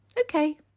okay